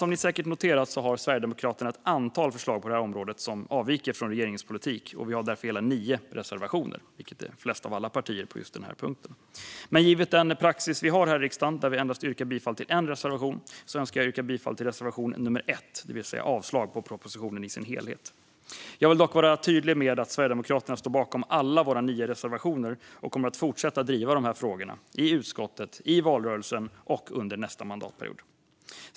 Som ni säkert noterat har Sverigedemokraterna ett antal förslag på det här området som avviker från regeringens politik. Vi har därför hela nio reservationer, vilket är flest av alla partier på just den här punkten. Men givet den praxis vi har här i riksdagen att yrka bifall till endast en reservation yrkar jag bifall till reservation nummer 1, det vill säga avslag på propositionen i sin helhet. Jag vill dock vara tydlig med att vi sverigedemokrater står bakom alla våra nio reservationer och kommer att fortsätta driva dessa frågor - i utskottet, i valrörelsen och under nästa mandatperiod.